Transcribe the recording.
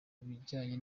bijyanye